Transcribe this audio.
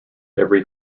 every